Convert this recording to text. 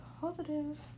positive